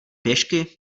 pěšky